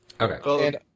Okay